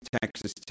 Texas